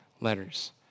letters